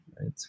right